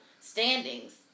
standings